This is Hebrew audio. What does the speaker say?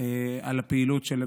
על הפעילות שלו.